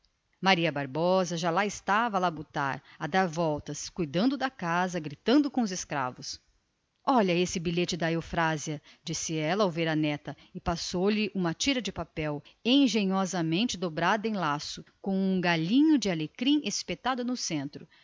maria bárbara já lá estava na labutação a cuidar da casa a dar voltas a gritar com os escravos olha esse bilhete da eufrásia disse ela ao ver a neta e passou-lhe uma tira de papel engenhosamente dobrada em laço e com um galhinho de alecrim enfiado no centro